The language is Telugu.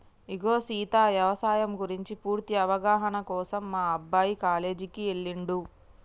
ఇగో సీత యవసాయం గురించి పూర్తి అవగాహన కోసం మా అబ్బాయి కాలేజీకి ఎల్లిండు